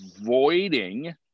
avoiding